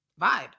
vibe